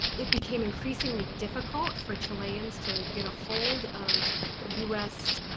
it became increasingly difficult for chileans to get a hold of u s.